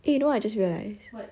eh you know I just realise